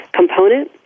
component